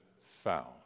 found